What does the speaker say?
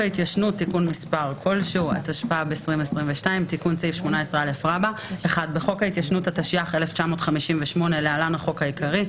תיקון סעיף 18א בחוק ההתיישנות התשי"ח-1958 (להלן החוק העיקרי)